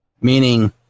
meaning